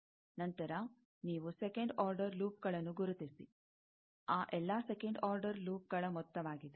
ನಂತರ ನೀವು second order ಲೂಪ್ಗಳನ್ನು ಗುರುತಿಸಿ ಆ ಎಲ್ಲಾ ಸೆಕಂಡ್ ಆರ್ಡರ್ ಲೂಪ್ಗಳ ಮೊತ್ತವಾಗಿದೆ